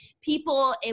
people